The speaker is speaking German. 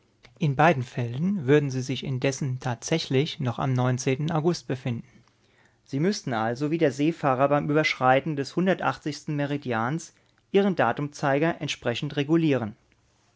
in beiden fällen würden sie sich indessen tatsächlich noch am august befinden sie müßten also wie die seefahrer beim überschreiten des hundertachtzig meridians ihren datumzeiger entsprechend regulieren